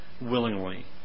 willingly